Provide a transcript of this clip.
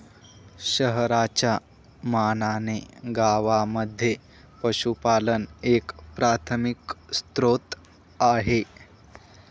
शहरांच्या मानाने गावांमध्ये पशुपालन एक प्राथमिक स्त्रोत आहे